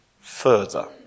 further